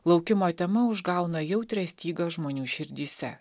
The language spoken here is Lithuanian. laukimo tema užgauna jautrią stygą žmonių širdyse